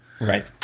Right